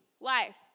life